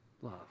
love